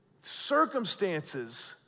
circumstances